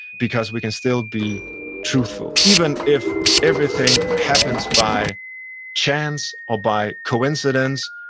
because we can still be truthful, even if everything happens by chance or by coincidence.